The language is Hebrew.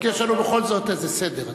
יש לנו בכל זאת איזה סדר.